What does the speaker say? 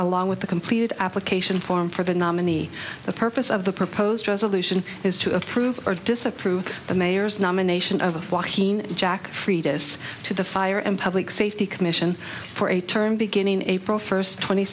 along with the completed application form for the nominee the purpose of the proposed resolution is to approve or disapprove the mayor's nomination of jack fritas to the fire and public safety commission for a term beginning april first twenty